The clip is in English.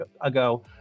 ago